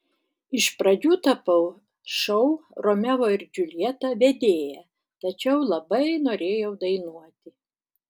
iš pradžių tapau šou romeo ir džiuljeta vedėja tačiau labai norėjau dainuoti